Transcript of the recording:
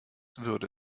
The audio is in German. würde